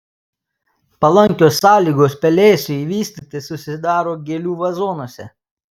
palankios sąlygos pelėsiui vystytis susidaro gėlių vazonuose